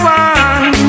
one